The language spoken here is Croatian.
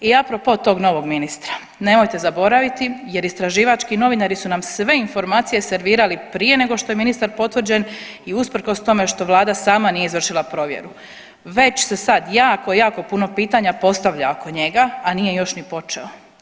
I apro po tog novog ministra nemojte zaboraviti jer istraživački novinari su nam sve informacije servirali prije nego što je ministar potvrđen i usprkos tome što vlada sama nije izvršila provjeru već se sad jako jako puno pitanja postavlja oko njega, a nije još ni počeo.